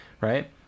Right